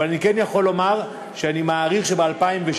אבל אני כן יכול לומר שאני מעריך שב-2016